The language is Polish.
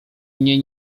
mnie